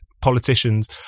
politicians